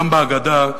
גם בהגדה,